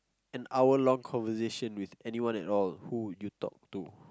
an hour long conversation with anyone at all who will you talk to